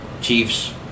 Chiefs